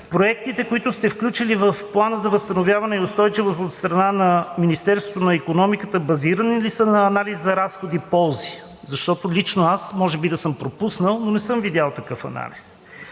Проектите, които сте включили в Плана за възстановяване и устойчивост от страна на Министерството на икономиката, базирани ли са на анализ за разходи – ползи? Защото лично аз може би да съм пропуснал, но не съм видял такъв анализ.